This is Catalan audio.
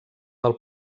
del